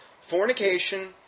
Fornication